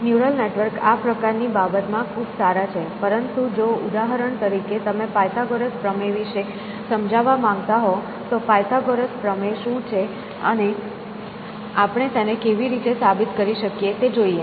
neural network આ પ્રકારની બાબતમાં ખૂબ સારા છે પરંતુ જો ઉદાહરણ તરીકે તમે પાયથાગોરસ પ્રમેય વિશે સમજાવવા માંગતા હો તો પાયથાગોરસ પ્રમેય શું છે અને આપણે તેને કેવી રીતે સાબિત કરી શકીએ તે જોઈએ